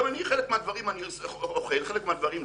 גם אני, חלק מהדברים אני אוכל וחלק לא.